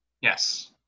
Yes